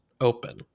open